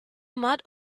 mud